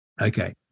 Okay